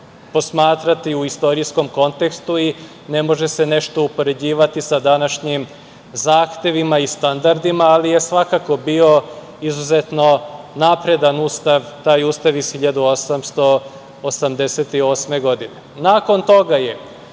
posmatrati u istorijskom kontekstu i ne može se nešto upoređivati sa današnjim zahtevima i standardima, ali je svakako bio izuzetno napredan Ustav, taj Ustav iz 1888. godine. Nakon toga je